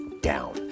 down